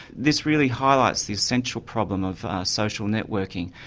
this really highlights the essential problem of social networking,